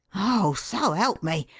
oh, so help me!